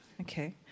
Okay